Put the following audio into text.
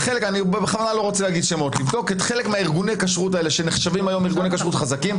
חלק מארגוני הכשרות האלה שנחשבים היום ארגוני כשרות חזקים,